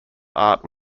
art